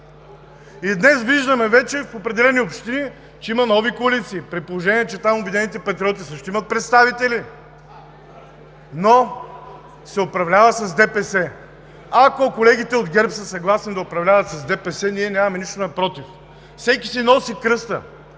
вече виждаме в определени общини, че има нови коалиции, при положение че там „Обединени патриоти“ също имат представители, но се управлява с ДПС. Ако колегите от ГЕРБ са съгласни да управляват с ДПС, ние нямаме нищо против. Всеки си носи кръста